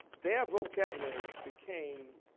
their vocabulary became,